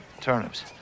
Turnips